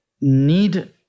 need